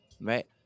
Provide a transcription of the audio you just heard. Right